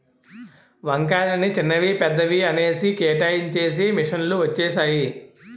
వంకాయలని చిన్నవి పెద్దవి అనేసి కేటాయించేసి మిషన్ లు వచ్చేసాయి